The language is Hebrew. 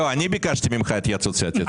לא, אני ביקשתי ממך התייעצות סיעתית.